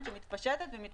גם למפעיל וגם לציבור.